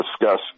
discuss